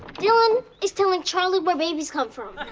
dylan is telling charlie where babies come from.